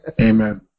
Amen